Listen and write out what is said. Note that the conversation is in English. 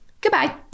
Goodbye